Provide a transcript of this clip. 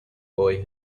boy